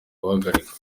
guhagarikwa